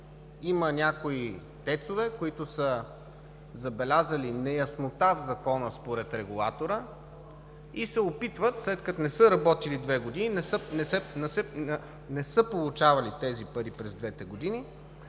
има някои ТЕЦ-ове, които са забелязали неяснота в Закона, според регулатора, и се опитват след като не са работили две години, не са получавали тези пари през двете години,